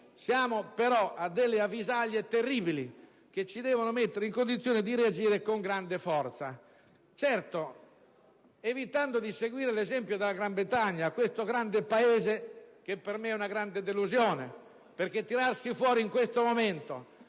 sono però delle avvisaglie terribili, che ci devono mettere in condizione di reagire con grande forza, evitando di seguire l'esempio della Gran Bretagna, questo grande Paese che per me è una grande delusione, perché tirandosi fuori in questo momento